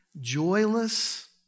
joyless